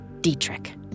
Dietrich